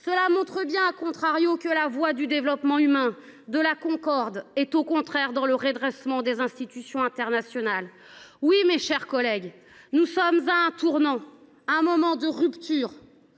Cela montre bien que la voie du développement humain et de la concorde est, à l’inverse, dans le redressement des institutions internationales. Oui, mes chers collègues, nous sommes à un tournant, à un moment de rupture.